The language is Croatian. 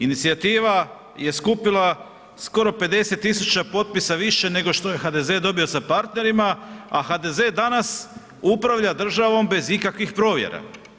Inicijativa je skupila skoro 50.000 potpisa više nego što je HDZ dobio sa partnerima, a HDZ danas upravlja državom bez ikakvih provjera.